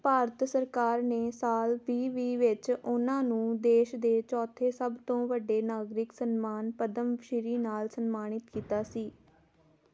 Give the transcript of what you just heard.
ਭਾਰਤ ਸਰਕਾਰ ਨੇ ਸਾਲ ਵੀਹ ਵੀਹ ਵਿੱਚ ਉਹਨਾਂ ਨੂੰ ਦੇਸ਼ ਦੇ ਚੌਥੇ ਸਭ ਤੋਂ ਵੱਡੇ ਨਾਗਰਿਕ ਸਨਮਾਨ ਪਦਮ ਸ਼੍ਰੀ ਨਾਲ ਸਨਮਾਨਿਤ ਕੀਤਾ ਸੀ